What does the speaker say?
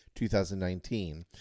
2019